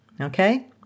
Okay